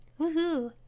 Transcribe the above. Woohoo